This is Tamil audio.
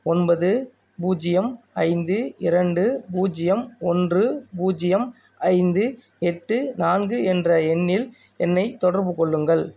ஒன்பது பூஜ்ஜியம் ஐந்து இரண்டு பூஜ்ஜியம் ஒன்று பூஜ்ஜியம் ஐந்து எட்டு நான்கு என்ற எண்ணில் என்னைத் தொடர்பு கொள்ளுங்கள்